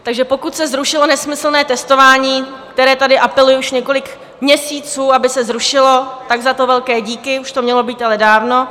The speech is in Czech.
Takže pokud se zrušilo nesmyslné testování, které tady apeluji už několik měsíců, aby se zrušilo, tak za to velké díky, už to ale mělo být dávno.